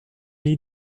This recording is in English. need